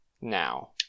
Now